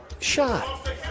Shot